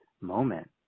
moment